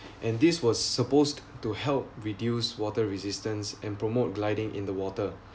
and this was supposed to help reduce water resistance and promote gliding in the water